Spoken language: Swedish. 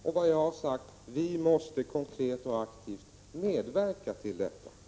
Jag har sagt att vi måste konkret och aktivt medverka till detta arbete.